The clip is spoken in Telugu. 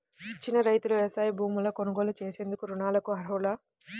చిన్న రైతులు వ్యవసాయ భూములు కొనుగోలు చేసేందుకు రుణాలకు అర్హులా?